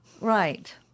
Right